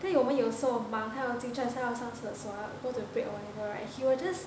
then 我们有时候 mah 我们进去好像要上厕所 go to break or whatever right he will just